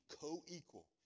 co-equal